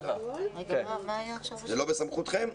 זה לא בסמכותכם?